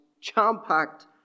jam-packed